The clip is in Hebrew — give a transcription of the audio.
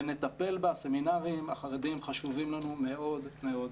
ונטפל בסמינרים החרדיים הם חשובים לנו מאוד מאוד.